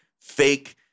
fake